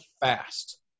fast